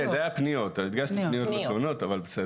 זה היה פניות, הדגשתי פניות ותלונות, אבל בסדר.